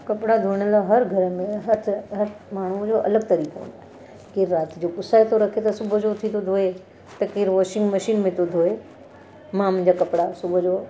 कपिड़ा धोइण लाइ हर घर में हर तर हर माण्हूअ जो अलॻि तरीक़ो हूंदो आहे केरु राति जो पुसाए थो रखे त सुबुह जो उथी थो धोए त केरु वाशिंग मशिन में थो धोए मां मुंहिंजा कपिड़ा सुबुह जो